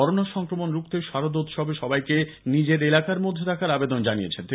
corona সংক্রমণ রুখতে শারদোৎসবে সবাইকে নিজের এলাকার মধ্যে থাকার আবেদন জানিয়েছেন তিনি